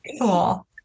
Cool